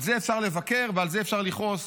על זה אפשר לבקר, ועל זה אפשר לכעוס.